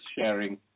sharing